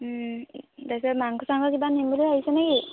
তাৰপিছত মাংস চাংস কিবা নিম বুলি ভাবিছেনে কি